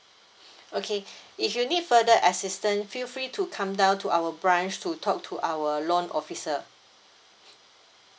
okay if you need further assistant feel free to come down to our branch to talk to our loan officer